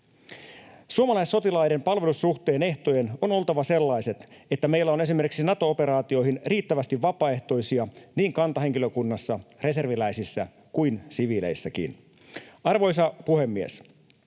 Suomalaissotilaiden palvelussuhteen ehtojen on oltava sellaiset, että meillä on esimerkiksi Nato-operaatioihin riittävästi vapaaehtoisia niin kantahenkilökunnassa, reserviläisissä kuin siviileissäkin. Arvoisa puhemies!